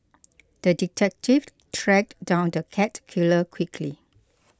the detective tracked down the cat killer quickly